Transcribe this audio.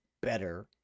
better